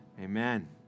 amen